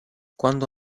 quando